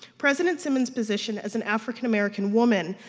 president simmon's position as an african american woman,